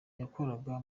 yakoraga